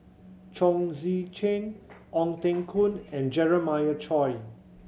Chong Tze Chien Ong Teng Koon and Jeremiah Choy